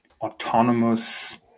autonomous